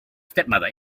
stepmother